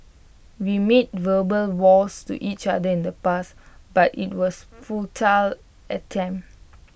we made verbal vows to each other in the past but IT was A futile attempt